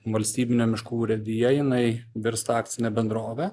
valstybinė miškų urėdija jinai virsta akcine bendrove